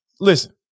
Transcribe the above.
Listen